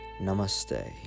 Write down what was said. Namaste